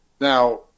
Now